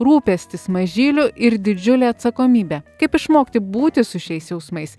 rūpestis mažyliu ir didžiulė atsakomybė kaip išmokti būti su šiais jausmais